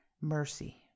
Mercy